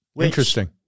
Interesting